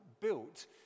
built